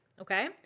okay